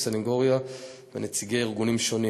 סנגוריה ונציגי ארגונים שונים.